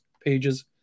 pages